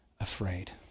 afraid